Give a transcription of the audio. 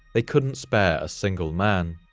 they couldn't spare a single man.